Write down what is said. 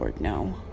no